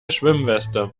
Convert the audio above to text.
schwimmweste